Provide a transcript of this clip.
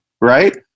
right